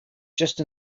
just